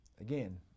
again